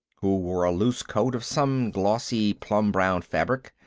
who wore a loose coat of some glossy plum-brown fabric,